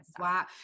Wow